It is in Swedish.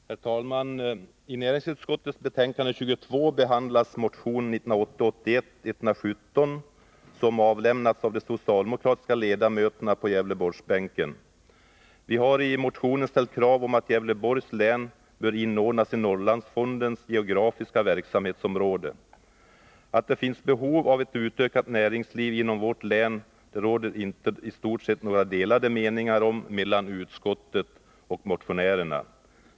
Herr talman! I näringsutskottets betänkande nr 22 behandlas motion 1980/81:117, som avlämnats av de socialdemokratiska ledamöterna på Gävleborgsbänken. Vi har i motionen ställt krav på att Gävleborgs län skall inordnas i Norrlandsfondens geografiska verksamhetsområde. Att det finns behov av ett utökat näringsliv inom vårt län är utskottet och motionärerna i stort sett överens om.